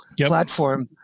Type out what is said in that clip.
platform